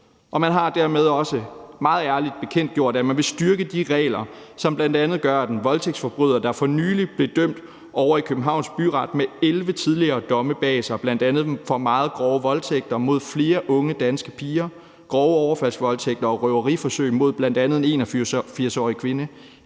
Man har dermed også meget ærligt bekendtgjort, at man vil styrke de regler, som bl.a. gør, at den voldtægtsforbryder, der for nylig blev dømt ovre i Københavns Byret – med 11 tidligere domme bag sig, bl.a. for meget grove voldtægter mod flere unge danske piger, grove overfaldsvoldtægter og røveriforsøg mod bl.a. en 81-årig kvinde